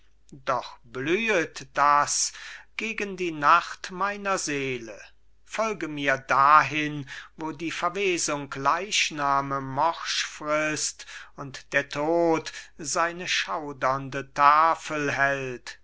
doch blühet das gegen die nacht meiner seele folge mir dahin wo die verwesung leichname morsch frißt und der tod seine schaudernde tafel hält